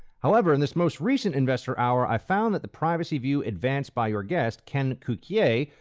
however, in this most recent investor hour, i found that the privacy view advanced by your guest, ken cukier,